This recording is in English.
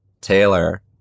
Taylor